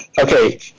Okay